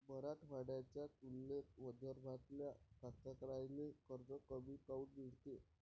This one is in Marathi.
मराठवाड्याच्या तुलनेत विदर्भातल्या कास्तकाराइले कर्ज कमी काऊन मिळते?